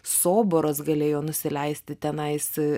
soboras galėjo nusileisti tenais